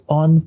on